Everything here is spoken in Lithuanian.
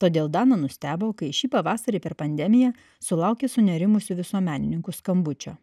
todėl dana nustebo kai šį pavasarį per pandemiją sulaukė sunerimusių visuomenininkų skambučio